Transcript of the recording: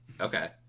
Okay